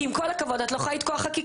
כי עם כל הכבוד את לא יכולה לתקוע חקיקה.